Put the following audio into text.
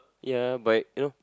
ya but you know